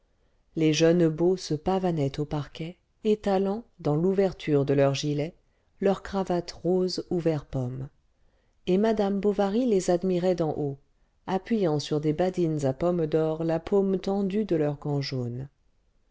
les jeunes beaux se pavanaient au parquet étalant dans l'ouverture de leur gilet leur cravate rose ou vert pomme et madame bovary les admirait d'en haut appuyant sur des badines à pomme d'or la paume tendue de leurs gants jaunes